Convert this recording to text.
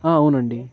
అవునండి